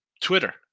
Twitter